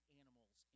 animals